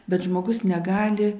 bet žmogus negali